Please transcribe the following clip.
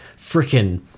freaking